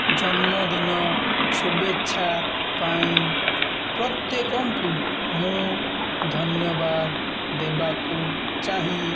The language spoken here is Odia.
ଜନ୍ମଦିନ ଶୁଭେଚ୍ଛା ପାଇଁ ପ୍ରତ୍ୟେକଙ୍କୁ ମୁଁ ଧନ୍ୟବାଦ ଦେବାକୁ ଚାହେଁ